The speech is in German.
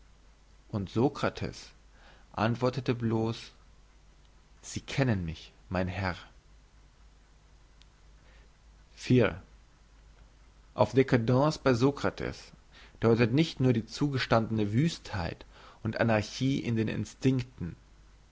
und sokrates antwortete bloss sie kennen mich mein herr auf dcadence bei sokrates deutet nicht nur die zugestandne wüstheit und anarchie in den instinkten